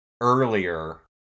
earlier